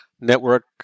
network